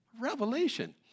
revelation